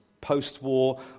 post-war